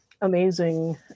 amazing